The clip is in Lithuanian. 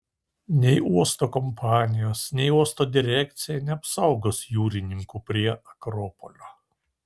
nei uosto kompanijos nei uosto direkcija neapsaugos jūrininkų prie akropolio